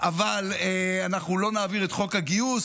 אבל אנחנו לא נעביר את חוק הגיוס,